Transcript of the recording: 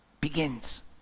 begins